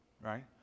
right